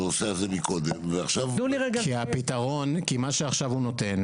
מה שעכשיו הוא נותן,